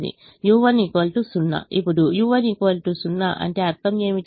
ఇప్పుడు u1 0 అంటే ఏమిటి